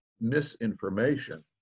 misinformation